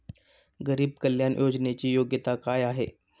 गरीब कल्याण योजनेची योग्यता काय आहे?